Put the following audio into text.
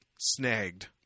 snagged